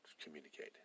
communicate